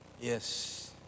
Yes